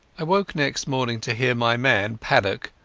i woke next morning to hear my man, paddock,